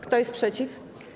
Kto jest przeciw?